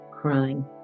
crying